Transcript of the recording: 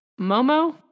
Momo